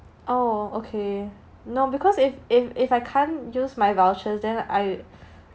oh okay no because if if if I can't use my vouchers then I